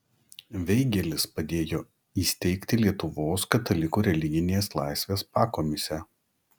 veigelis padėjo įsteigti lietuvos katalikų religinės laisvės pakomisę